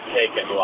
taken